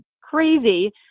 crazy